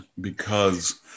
because-